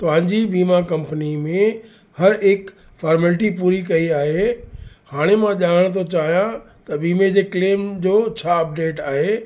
तव्हांजी बीमा कंपनी में हरेक फ़ॉर्मेलिटी पूरी कई आहे हाणे मां ॼाणणु थो चाहियां त बीमे जे क्लेम जो छा अपडेट आहे